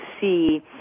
see